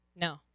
No